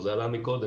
זה כבר עלה קודם,